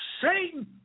Satan